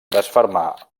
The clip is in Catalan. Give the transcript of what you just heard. desfermar